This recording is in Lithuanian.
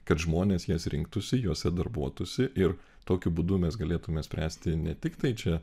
kad žmonės jas rinktųsi jose darbuotųsi ir tokiu būdu mes galėtume spręsti ne tiktai čia